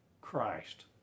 Christ